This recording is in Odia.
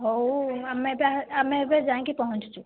ହଉ ଆମେ ଆମେ ଏବେ ଯାଇକି ପହଞ୍ଚୁଛୁ